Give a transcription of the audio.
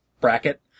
bracket